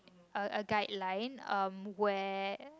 a a a guideline um where